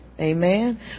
Amen